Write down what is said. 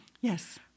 Yes